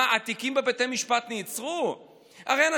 מה, התיקים בבתי משפט נעצרו?